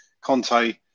Conte